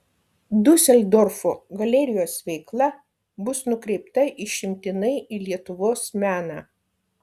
diuseldorfo galerijos veikla bus nukreipta išimtinai į lietuvos meną